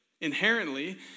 inherently